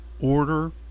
order